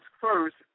first